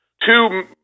two